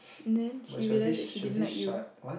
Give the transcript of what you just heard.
then she realise that she didn't like you